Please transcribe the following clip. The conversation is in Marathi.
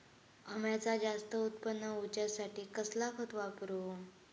अम्याचा जास्त उत्पन्न होवचासाठी कसला खत वापरू?